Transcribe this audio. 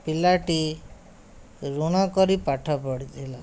ପିଲାଟି ଋଣ କରି ପାଠ ପଢ଼ିଥିଲା